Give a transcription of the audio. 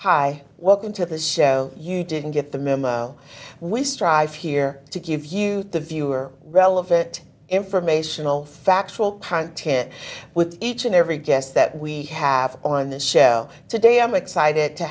welcome to the show you didn't get the memo we strive here to give you the viewer relevant informational factual content with each and every guest that we have on this show today i'm excited to